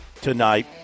tonight